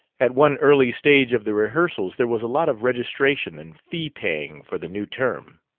at one early stage of the rehearsals there was a lot of registration and fee-paying for the new term.